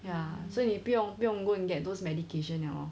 ya so 你不用不用 go and get those medication liao lor